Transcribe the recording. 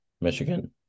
Michigan